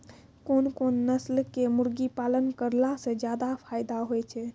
कोन कोन नस्ल के मुर्गी पालन करला से ज्यादा फायदा होय छै?